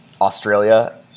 Australia